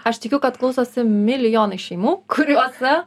aš tikiu kad klausosi milijonai šeimų kuriose